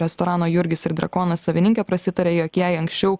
restorano jurgis ir drakonas savininkė prasitarė jog jei anksčiau